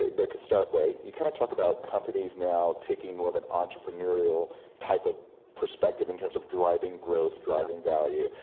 ah but startup way, you kind of talk about companies now taking more of an entrepreneurial type of perspective, in terms of driving growth, driving value.